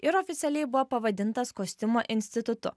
ir oficialiai buvo pavadintas kostiumo institutu